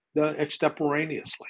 extemporaneously